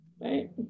right